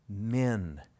men